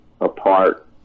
apart